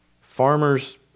farmer's